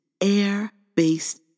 Air-based